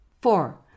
Four